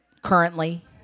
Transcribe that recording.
Currently